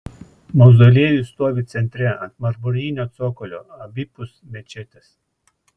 mauzoliejus stovi centre ant marmurinio cokolio abipus mečetės